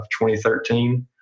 2013